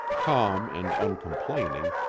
calm and uncomplaining,